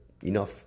enough